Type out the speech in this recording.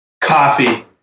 Coffee